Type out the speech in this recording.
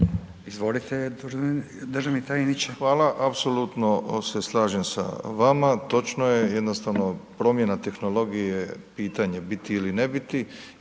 Izvolite, državni tajniče. **Milatić, Ivo** Hvala. Apsolutno se slažem sa vama, točno je, jednostavno promjena tehnologije, pitanje biti ili ne bit